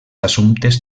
assumptes